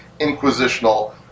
inquisitional